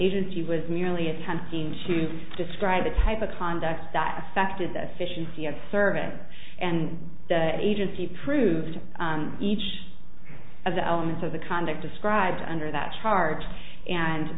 agency was merely attempting to describe the type of conduct that affected this fish n c s survey and that agency proved each of the elements of the conduct described under that charge and